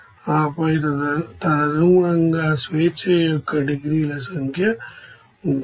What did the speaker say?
ఆపై తదనుగుణంగా degrees of freedom సంఖ్య ఉంటుంది